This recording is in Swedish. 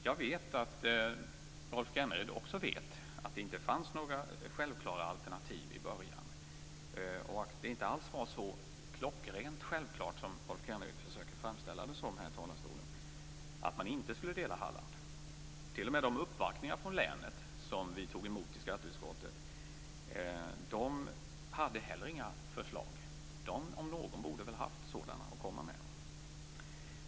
Jag vet att Rolf Kenneryd vet att det inte fanns några självklara alternativ i början och att det inte alls var så klockrent självklart som Rolf Kenneryd här försöker framställa det att man inte skulle dela Halland. Inte heller de uppvaktningar från länet som vi tog emot i skatteutskottet hade några förslag. De om några borde väl ha haft förslag att komma med.